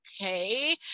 okay